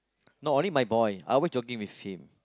no only my boy I always jogging with him